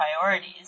priorities